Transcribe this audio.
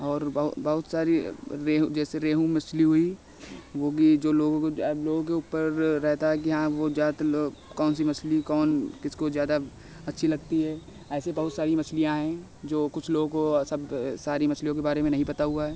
और बहु बहुत सारी रे रेहू जैसे रेहू मछली हुई वह भी जो लोगों को लोगों के ऊपर रहता है कि हाँ वह ज़्यादातर लोग कौन सी मछली कौन किसको ज़्यादा अच्छी लगती है ऐसे बहुत सारी मछलियाँ हैं जो कुछ लोगों को सब सारी मछलियों के बारे में नहीं पता हुआ है